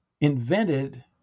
invented